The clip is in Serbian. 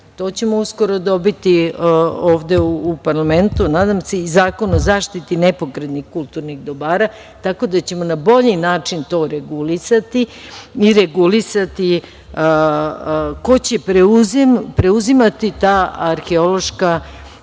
To ćemo uskoro dobiti ovde u parlamentu, nadam se i Zakon o zaštiti nepokretnih kulturnih dobara, tako da ćemo na bolji način to regulisati i regulisati ko će preuzimati te arheološke